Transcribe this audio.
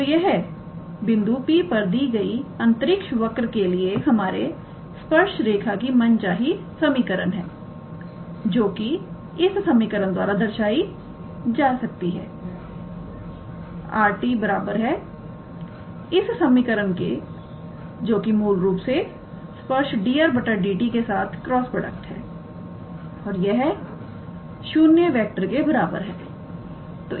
तो यह बिंदु P पर दी गई अंतरिक्ष वक्र लिए हमारे स्पर्श रेखा की मनचाही समीकरण है जो कि इस समीकरण द्वारा दर्शाया जा सकती है 𝑟⃗ 𝑡 बराबर है इस समीकरण के और जो के मूल रूप से स्पर्श 𝑑 𝑟⃗ 𝑑𝑡 के साथ क्रॉस प्रोडक्ट है और यह बराबर ⃗0 है